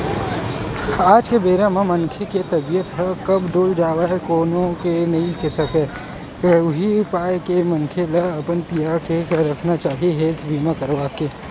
आज के बेरा म मनखे के तबीयत ह कब डोल जावय कोनो नइ केहे सकय उही पाय के मनखे ल अपन तियारी करके रखना चाही हेल्थ बीमा करवाके